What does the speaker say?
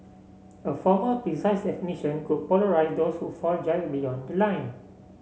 a formal precise definition could polarise those who fall just beyond the line